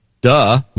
Duh